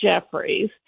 Jeffries